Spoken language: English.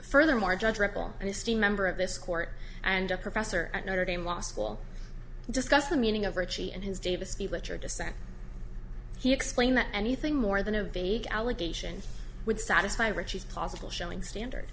furthermore judge revel honesty member of this court and a professor at notre dame law school discuss the meaning of richie and his davis speech which are descent he explained that anything more than a vague allegation would satisfy richie's possible showing standard